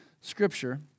scripture